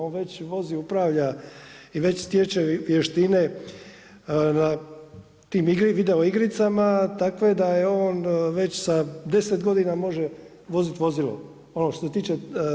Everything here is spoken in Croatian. On već vozi, upravlja i već stječe vještine na tim video igricama, takve da je on već sa 10 godina može vozit vozilo ono što se tiče.